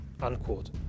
unquote